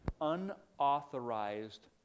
unauthorized